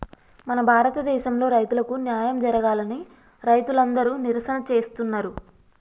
మన భారతదేసంలో రైతులకు న్యాయం జరగాలని రైతులందరు నిరసన చేస్తున్నరు